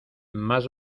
más